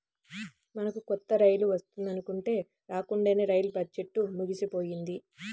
మనకు కొత్త రైలు వస్తుందనుకుంటే రాకండానే రైల్వే బడ్జెట్టు ముగిసిపోయింది